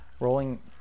Rolling